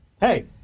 Hey